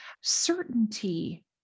certainty